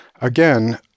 Again